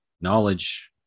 Knowledge